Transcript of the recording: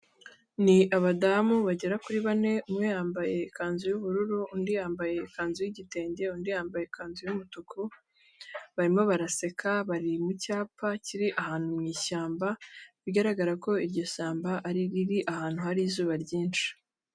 Ni abadamu bagera kuri bane, umwe yambaye ikanzu y'ubururu, undi yambaye ikanzu y'igitenge, undi yambaye ikanzu y'umutuku, barimo baraseka bari mu cyapa kiri ahantu mu ishyamba, bigaragara ko iryo shyamba ari iriri ahantu hari izuba ryinshi.